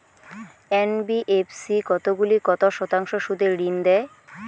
NBFC কতগুলি কত শতাংশ সুদে ঋন দেয়?